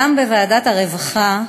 גם בוועדת הרווחה,